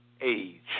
Age